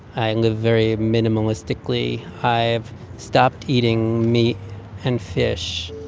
i live very minimalistically. i've stopped eating meat and fish.